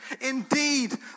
Indeed